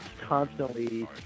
constantly